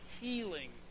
healing